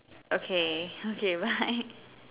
okay okay bye